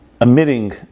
emitting